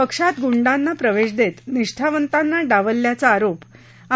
पक्षात गुंडांना प्रवेश देत निष्ठावंताना डावलल्याचा आरोप आ